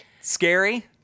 Scary